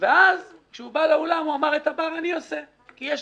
ואז כשהוא בא לאולם הוא אמר: "את הבר אני עושה כי יש